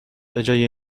بجای